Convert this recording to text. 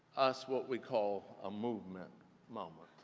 us what we call a movement moment